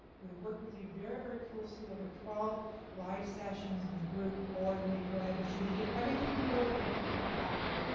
we're gonna work with you very, very closely over twelve live sessions in the group, or you can go ahead and choose, you get everything in gold, or you can go with platinum,